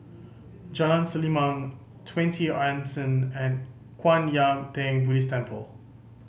Jalan Selimang Twenty Anson and Kwan Yam Theng Buddhist Temple